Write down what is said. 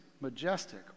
majestic